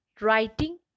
writing